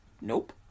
Nope